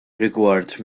rigward